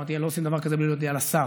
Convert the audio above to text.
אמרתי שלא עושים דבר כזה בלי להודיע לשר.